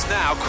now